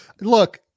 look